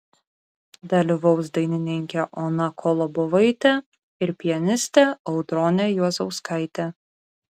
dalyvaus dainininkė ona kolobovaitė ir pianistė audronė juozauskaitė